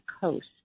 Coast